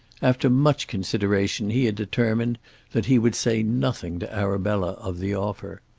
after much consideration he had determined that he would say nothing to arabella of the offer.